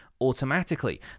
automatically